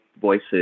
voices